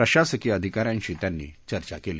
प्रशासकीय अधिकाऱ्यांशी त्यांनी चर्चा केली